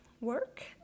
work